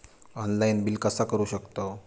Online bill कसा करु शकतव?